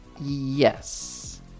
Yes